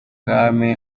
bwami